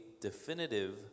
definitive